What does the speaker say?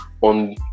on